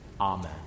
Amen